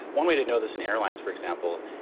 one way to know this, in airlines, for example,